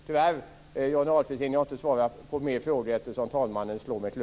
Tyvärr hinner jag inte svara på fler frågor, Johnny